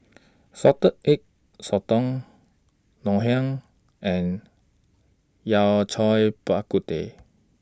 Salted Egg Sotong Ngoh Hiang and Yao Cai Bak Kut Teh